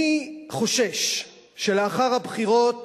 אני חושש שלאחר הבחירות